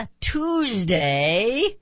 Tuesday